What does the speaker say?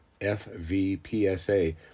FVPSA